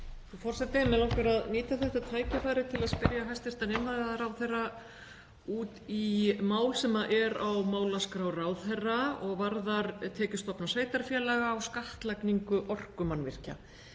Frú forseti. Mig langar að nýta þetta tækifæri til að spyrja hæstv. iðnaðarráðherra út í mál sem er á málaskrá ráðherra og varðar tekjustofna sveitarfélaga og skattlagningu orkumannvirkja.